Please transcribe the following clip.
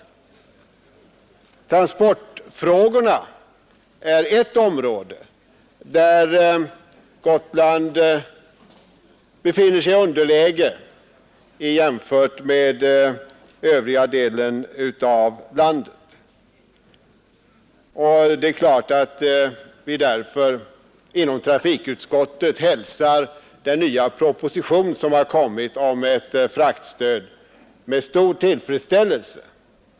Transportområdet är ett område där Gotland befinner sig i underläge jämfört med den övriga delen av landet, och det är klart att vi därför inom trafikutskottet hälsar den nya propositionen om ett fraktstöd med stor tillfredsställelse.